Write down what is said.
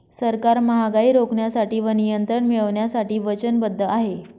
सरकार महागाई रोखण्यासाठी व नियंत्रण मिळवण्यासाठी वचनबद्ध आहे